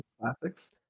classics